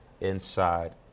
inside